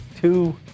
two